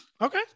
Okay